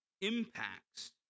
impacts